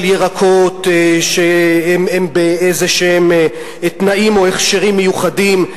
ירקות שהם באיזה תנאים או הכשרים מיוחדים.